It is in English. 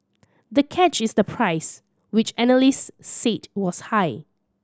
the catch is the price which analysts said was high